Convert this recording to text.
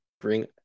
bring